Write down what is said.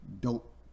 dope